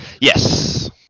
Yes